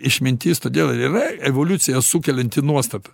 išmintis todėl ir yra evoliuciją sukelianti nuostata